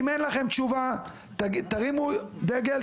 אם אין לכם תשובה תרימו דגל,